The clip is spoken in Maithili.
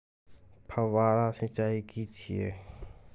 फव्वारा सिंचाई की छिये?